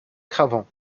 cravant